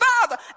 Father